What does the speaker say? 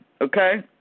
okay